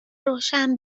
روشن